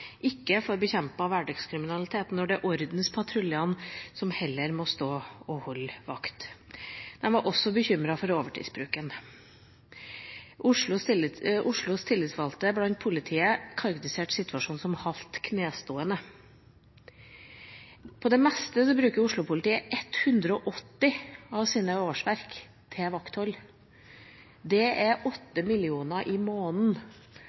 ikke får bekjempet hverdagskriminalitet, og når ordenspatruljene heller må stå og holde vakt. De var også bekymret for overtidsbruken. De tillitsvalgte i Oslo-politiet karakteriserte situasjonen som «halvt knestående». På det meste bruker Oslo-politiet 180 av sine årsverk til vakthold. Det tilsvarer 8 mill. kr i måneden.